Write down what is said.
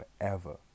forever